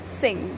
sing